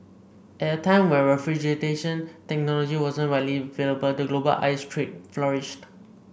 at a time when refrigeration technology wasn't widely available the global ice trade flourished